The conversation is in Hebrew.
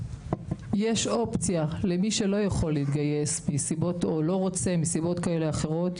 יש גם אופציה למי שלא יכול להתגייס או לא רוצה מסיבות כאלה ואחרות,